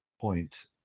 point